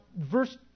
verse